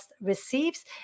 receives